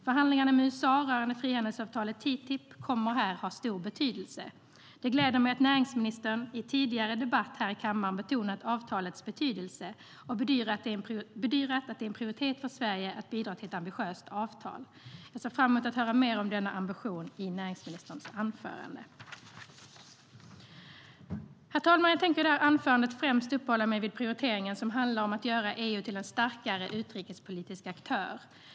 Förhandlingarna med USA rörande frihandelsavtalet TTIP kommer att ha stor betydelse här. Det gläder mig att näringsministern i en tidigare debatt här i kammaren betonat avtalets betydelse och bedyrat att det är en prioritet för Sverige att bidra till ett ambitiöst avtal. Jag ser fram emot att få höra mer om denna ambition i näringsministerns anförande. Herr talman! Jag tänker i det här anförandet främst uppehålla mig vid den prioritering som handlar om att göra EU till en starkare utrikespolitisk aktör.